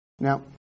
Now